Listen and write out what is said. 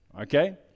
Okay